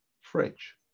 fridge